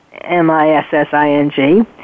M-I-S-S-I-N-G